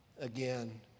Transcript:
again